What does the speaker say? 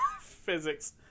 Physics